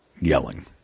yelling